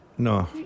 No